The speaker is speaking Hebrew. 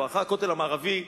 בואכה הכותל המערבי,